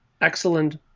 excellent